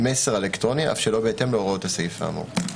מסר אלקטרוני אף שלא בהתאם להוראות הסעיף האמור.